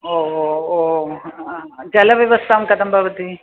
ओ ओ ओ जलव्यवस्था कथं भवति